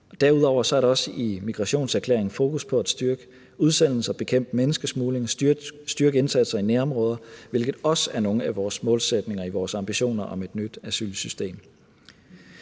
Derudover er der også i migrationserklæringen fokus på at styrke udsendelser og bekæmpe menneskesmugling, styrke indsatser i nærområder, hvilket også er nogle af vores målsætninger i vores ambitioner om et nyt asylsystem.